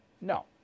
No